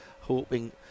hoping